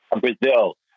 Brazil